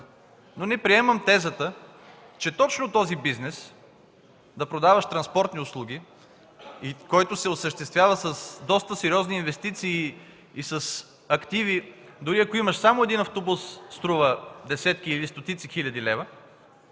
Но не приемам тезата, че точно този бизнес – да продаваш транспортни услуги, който се осъществява с доста сериозни инвестиции и с активи, дори ако имаш само един автобус, струва десетки или стотици хиляди лева,